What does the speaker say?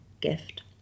gift